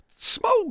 Smoke